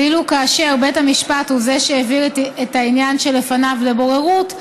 ואילו כאשר בית המשפט הוא שהעביר את העניין שלפניו לבוררות,